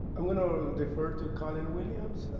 i'm gonna defer to colin williams,